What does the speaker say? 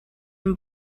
and